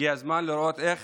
הגיע הזמן להראות איך